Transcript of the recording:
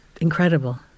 Incredible